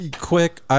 quick